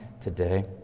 today